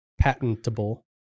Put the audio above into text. patentable